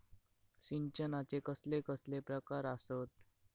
सिंचनाचे कसले कसले प्रकार आसत?